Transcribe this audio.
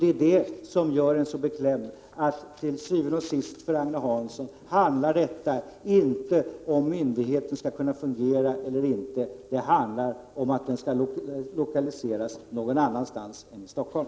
Det är det som gör en så beklämd — til syvende og sidst handlar det för Agne Hansson inte om huruvida myndigheten skall kunna fungera eller inte utan bara om att den skall lokaliseras någon annanstans än i Stockholm.